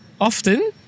often